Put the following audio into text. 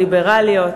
ליברליות,